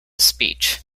speech